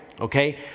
Okay